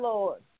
Lord